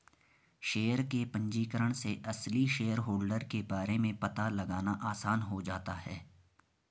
share के पंजीकरण से असली शेयरहोल्डर के बारे में पता लगाना आसान हो जाता है